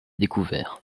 découvert